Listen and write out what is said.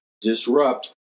disrupt